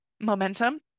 momentum